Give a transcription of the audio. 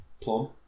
plum